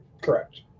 Correct